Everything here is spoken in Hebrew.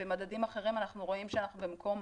במדדים אחרים אנחנו רואים שאנחנו במקום